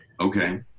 okay